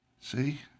See